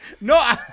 No